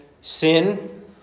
sin